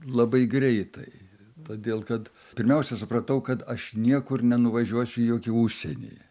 labai greitai todėl kad pirmiausia supratau kad aš niekur nenuvažiuosiu į jokį užsienį